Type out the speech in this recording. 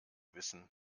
wissen